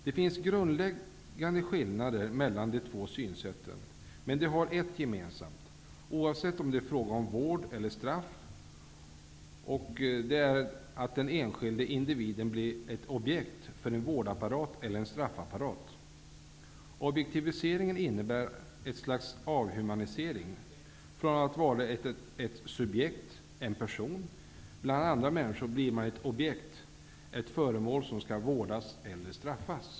Det finns grundläggande skillnader mellan de två synsätten, men de har ett gemensamt, oavsett om det är fråga om vård eller straff, och det är att den enskilde individen blir ett objekt för en vårdapparat eller en straffapparat. Objektiviseringen innebär ett slags avhumanisering. Från att ha varit ett subjekt, en person bland andra människor, blir man ett objekt, ett föremål, som skall vårdas eller straffas.